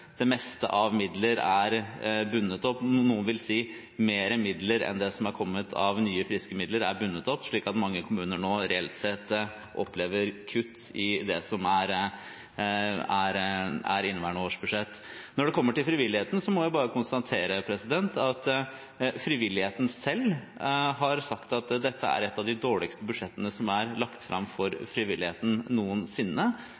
det meste av midler er bundet opp. Noen vil si at mer midler enn det som er kommet av nye, friske midler, er bundet opp, slik at mange kommuner nå reelt sett opplever kutt i det som er inneværende års budsjett. Når det kommer til frivilligheten, må vi bare konstatere at frivilligheten selv har sagt at dette er et av de dårligste budsjettene som er lagt fram